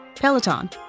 Peloton